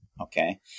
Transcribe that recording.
Okay